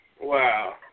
Wow